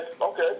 Okay